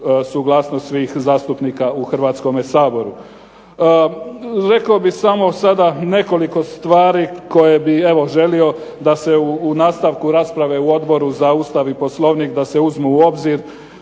suglasnost svih zastupnika u Hrvatskome saboru. Rekao bih samo sada nekoliko stvari koje bih evo želio da se u nastavku rasprave u Odboru za Ustav i Poslovnik da se uzmu u obzir.